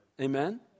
Amen